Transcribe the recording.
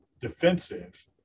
defensive